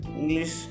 English